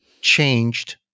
changed